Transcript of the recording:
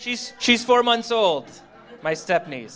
she's she's four months old my step